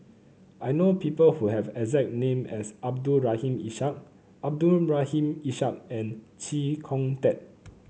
I know people who have a exact name as Abdul Rahim Ishak Abdul Rahim Ishak and Chee Kong Tet